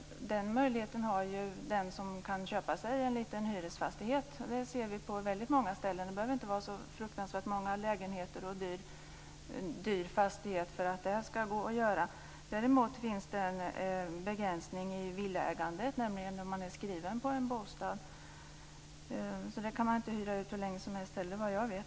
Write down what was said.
Den möjligheten har ju också den som kan köpa sig en liten hyresfastighet. Det kan vi se på många ställen. Det behöver inte vara en så dyr fastighet med så många lägenheter för att det skall vara möjligt. Däremot finns det en begränsning i villaägandet - att man skall vara skriven på bostaden - så att den kan man inte heller hyra ut hur länge som helst, såvitt jag vet.